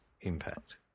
impact